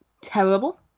terrible